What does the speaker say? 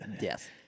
yes